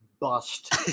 bust